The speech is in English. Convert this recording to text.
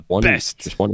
Best